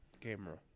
camera